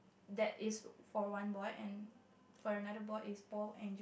that is for one board and for another board is Paul and